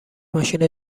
ماشین